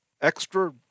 extra